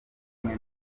bumwe